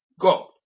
God